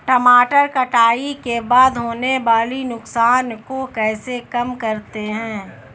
टमाटर कटाई के बाद होने वाले नुकसान को कैसे कम करते हैं?